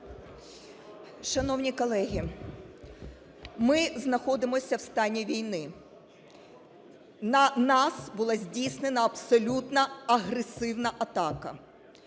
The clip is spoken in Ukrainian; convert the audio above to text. Шановні колеги, ми знаходимося в стані війни. На нас була здійснена абсолютно агресивна атака.